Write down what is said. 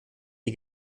die